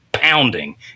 Pounding